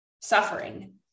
suffering